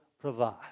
provide